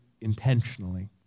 intentionally